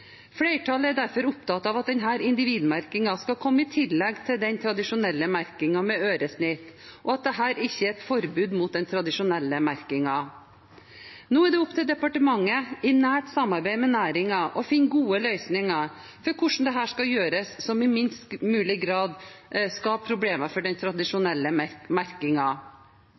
Flertallet er derfor opptatt av at denne individmerkingen skal komme i tillegg til den tradisjonelle merkingen med øresnitt, og at dette ikke er et forbud mot den tradisjonelle merkingen. Nå er det opp til departementet i nært samarbeid med næringen å finne gode løsninger for hvordan dette skal gjøres på en måte som i minst mulig grad skaper problemer for den tradisjonelle